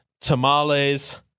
tamales